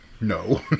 no